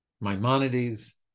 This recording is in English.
Maimonides